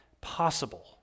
possible